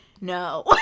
no